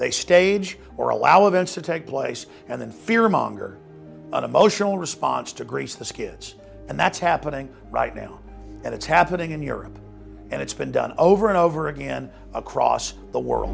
they stage or allow events to take place and then fear monger emotional response to grease the skids and that's happening right now and it's happening in europe and it's been done over and over again across the world